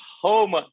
home